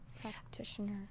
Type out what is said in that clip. practitioner